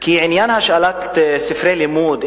כי עניין השאלת ספרי לימוד,